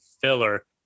filler